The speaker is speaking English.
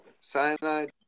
Cyanide